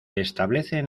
establecen